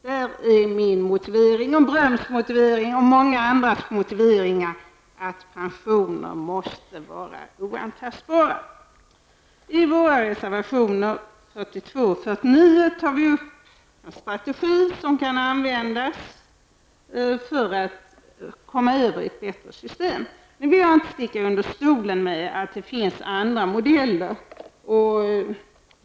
Där är min, Bröms och många andras motivering för att pensioner måste vara oantastbara. I våra reservationer 42 och 49 tar vi upp en strategi, som kan användas för att få ett bättre system. Nu vill jag inte sticka under stol med att det finns andra modeller.